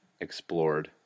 explored